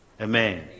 Amen